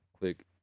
click